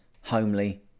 homely